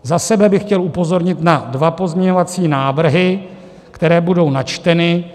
Za sebe bych chtěl upozornit na dva pozměňovací návrhy, které budou načteny.